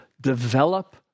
develop